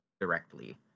directly